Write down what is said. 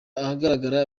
ahagaragara